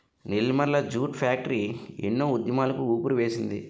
Nellimarla jute factory ఎన్నో ఉద్యమాలకు ఊపిరివేసింది